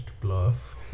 bluff